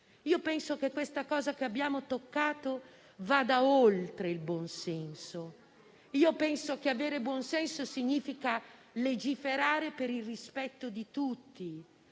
buonsenso, che questo tema che abbiamo toccato vada oltre il buonsenso, che avere buonsenso significhi legiferare per il rispetto di tutti